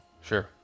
Sure